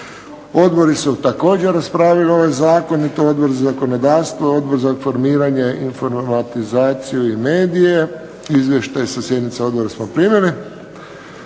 Odbori su također raspravili ovaj zakon, i to Odbor za zakonodavstvo, Odbor za informiranje, informatizaciju i medije. Izvještaje sa sjednica odbora smo primili.